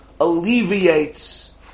alleviates